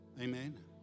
Amen